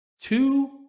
two